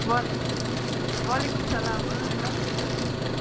وا وعلیکُم سَلام ڈاکٹر صٲبٕے چھِ